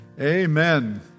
Amen